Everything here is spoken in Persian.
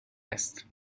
است